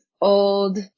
old